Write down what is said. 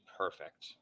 perfect